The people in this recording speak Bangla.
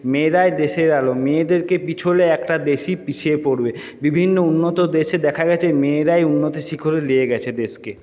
মেয়েরাই দেশের আলো মেয়েদেরকে পিছোলে একটা দেশই পিছিয়ে পড়বে বিভিন্ন উন্নত দেশে দেখা গেছে মেয়েরাই উন্নতির শিখরে নিয়ে গেছে দেশকে